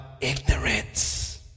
ignorance